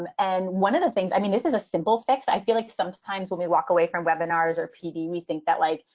and one of the things i mean, this is a simple fix. i feel like sometimes when we walk away from webinars or pd, we think that, like,